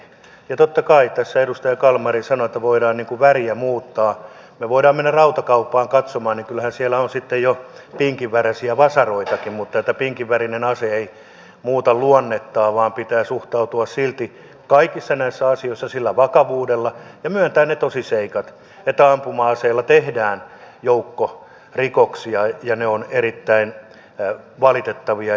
ja totta kai kuten tässä edustaja kalmari sanoi voidaan väriä muuttaa me voimme mennä rautakauppaan katsomaan kyllähän siellä on sitten jo pinkinvärisiä vasaroitakin mutta pinkinvärinen ase ei muuta luonnettaan vaan pitää suhtautua silti kaikissa näissä asioissa sillä vakavuudella ja myöntää ne tosiseikat että ampuma aseella tehdään joukko rikoksia ja ne ovat erittäin valitettavia